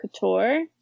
couture